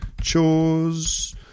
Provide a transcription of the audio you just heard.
Chores